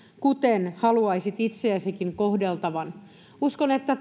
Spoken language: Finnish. kuten haluaisit itseäsikin kohdeltavan uskon että